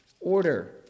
order